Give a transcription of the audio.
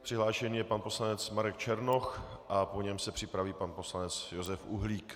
Přihlášen je pan poslanec Marek Černoch a po něm se připraví pan poslanec Josef Uhlík.